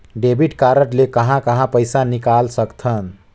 Debit card ले कहां कहां पइसा निकाल सकथन?